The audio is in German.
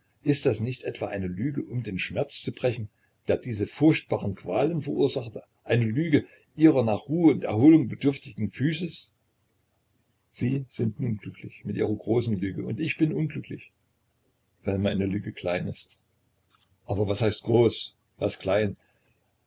ist das nicht etwa eine lüge um den schmerz zu brechen der diese furchtbaren qualen verursachte eine lüge ihrer nach ruhe und erholung bedürftiger physis sie sind nun glücklich mit ihrer großen lüge und ich bin unglücklich weil meine lüge klein ist aber was heißt groß was klein